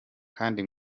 kandi